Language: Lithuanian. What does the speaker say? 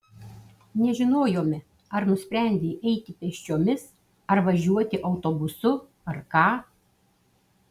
nežinojome ar nusprendei eiti pėsčiomis ar važiuoti autobusu ar ką